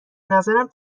نظرم